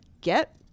get